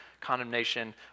condemnation